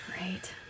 right